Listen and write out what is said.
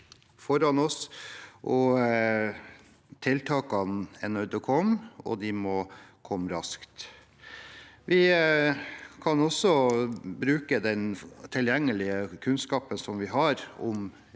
foran oss. Tiltakene er nødt til å komme, og de må komme raskt. Vi kan også bruke den tilgjengelige kunnskapen som vi har om